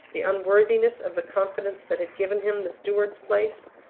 the unworthiness of the confidence that had given him the steward's place,